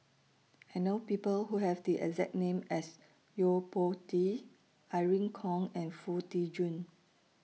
I know People Who Have The exact name as Yo Po Tee Irene Khong and Foo Tee Jun